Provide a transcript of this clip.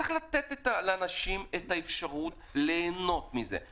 צריך לתת לאנשים את האפשרות ליהנות מזה.